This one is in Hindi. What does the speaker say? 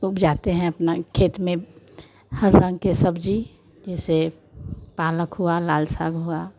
उपजाते हैं अपने खेत में हर रंग के सब्ज़ी जैसे पालक हुआ लाल साग हुआ